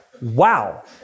wow